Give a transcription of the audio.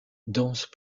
danse